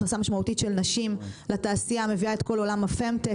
הכנסה משמעותית של נשים לתעשייה מביאה את כל עולם הפמטק,